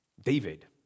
David